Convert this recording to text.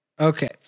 Okay